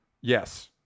yes